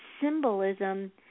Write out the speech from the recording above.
symbolism